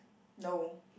no